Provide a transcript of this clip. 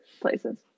places